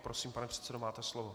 Prosím, pane předsedo, máte slovo.